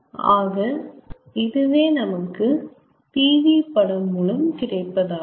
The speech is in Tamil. ஆக இதுவே நமக்கு pv படம் மூலம் கிடைப்பதாகும்